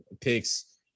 picks